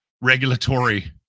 regulatory